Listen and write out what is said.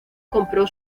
compró